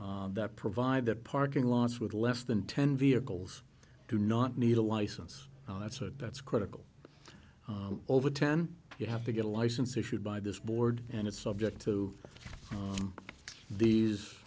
laws that provide that parking lots with less than ten vehicles do not need a license that's a that's critical over ten you have to get a license issued by this board and it's subject to these